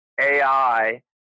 AI